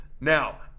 Now